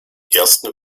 ersten